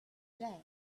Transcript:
day